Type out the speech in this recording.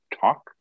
talk